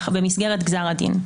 במסגרת גזר הדין.